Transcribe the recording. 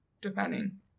depending